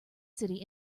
city